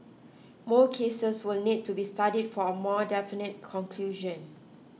more cases will need to be studied for a more definite conclusion